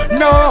no